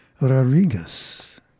Rodriguez